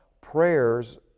prayers